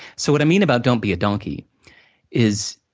so, what i mean about don't be a donkey is,